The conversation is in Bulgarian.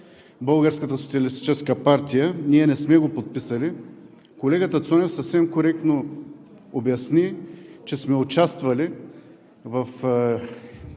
Българската социалистическа партия – ние не сме го подписали. Колегата Цонев съвсем коректно обясни, че сме участвали в